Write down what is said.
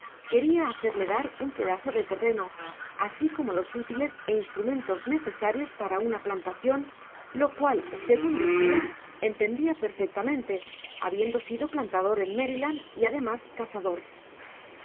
queria hacerle dar un pedazo de terreno así como los útiles é instrumentos necesarios para una plantacion lo cual segun decia entendia perfectamente habiendo sido plantador en maryland y además cazador